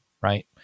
right